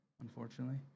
unfortunately